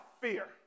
fear